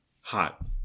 hot